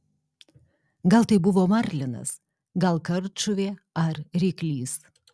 gal tai buvo marlinas gal kardžuvė ar ryklys